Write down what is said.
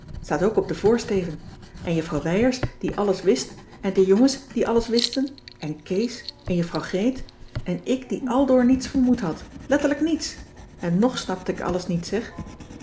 staat ook op den voorsteven en juffrouw wijers die alles wist en de jongens die alles wisten en kees en juffrouw greet en ik die aldoor niets vermoed had letterlijk niets en nog snapte ik alles niet zeg